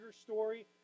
story